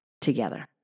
together